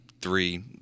three